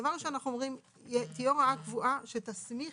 דבר ראשון אנחנו אומרים שתהיה הוראה קבועה שתסמיך